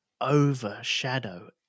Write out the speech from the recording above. overshadow